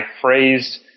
phrased